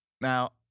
Now